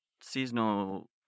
seasonal